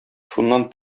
шуннан